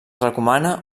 recomana